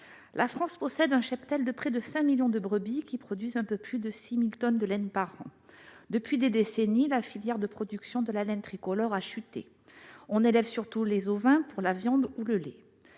La France possède un cheptel de près de 5 millions de brebis, qui produisent un peu plus de 6 000 tonnes de laine par an. Depuis des décennies, la filière de production de la laine tricolore a chuté. On élève surtout les ovins pour la viande ou le lait.